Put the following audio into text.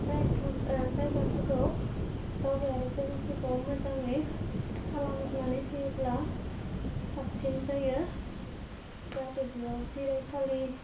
जाय मोस जायगाफोरखौ दावबायारि जायगाफोरखौ मोजाङै खालामनानै होयोब्ला साबसिन जायो जाहाथे बेयाव जिरायसालि